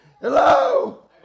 Hello